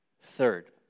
third